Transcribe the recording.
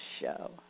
show